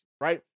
right